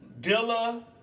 Dilla